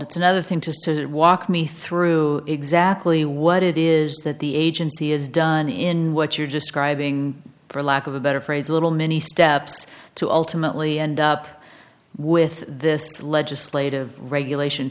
it's another thing to sit walk me through exactly what it is that the agency has done in what you're describing for lack of a better phrase a little many steps to ultimately end up with this legislative regulation